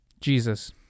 Jesus